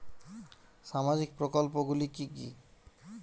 সামাজিক প্রকল্প গুলি কি কি?